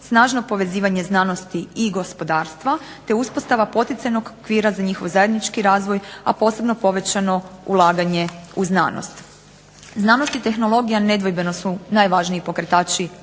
snažno povezivanje znanosti i gospodarstva, te uspostava poticajnog okvira za njihov zajednički razvoj, a posebno povećano ulaganje u znanost. Znanost i tehnologija nedvojbeno su najvažniji pokretači